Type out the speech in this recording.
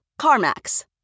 CarMax